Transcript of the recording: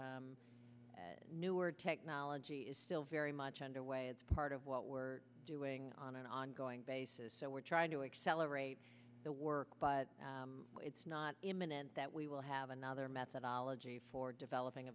newer technology is still very much underway it's part of what we're doing on an ongoing basis so we're trying to accelerate the work but it's not imminent that we will have another methodology for developing a